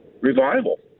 revival